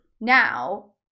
now